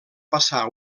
passar